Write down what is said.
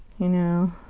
you know.